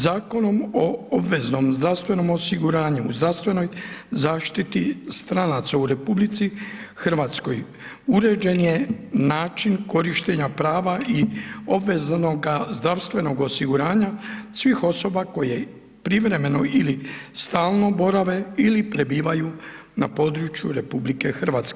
Zakonom o obveznom zdravstvenom osiguranju, zdravstvenoj zaštiti stranaca u RH, uređen je način korištenja prava i obveznog zdravstvenog osiguranja, svih osoba, koje privremeno ili stalno borave ili prebivaju na području RH.